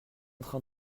train